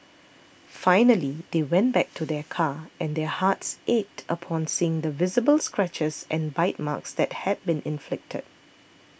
finally they went back to their car and their hearts ached upon seeing the visible scratches and bite marks that had been inflicted